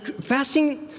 fasting